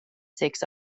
sex